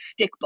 stickball